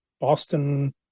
Boston